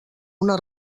una